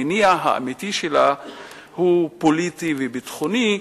המניע האמיתי שלה הוא פוליטי וביטחוני.